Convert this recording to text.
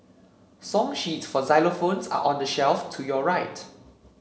song sheets for xylophones are on the shelf to your right